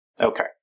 Okay